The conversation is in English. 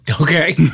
okay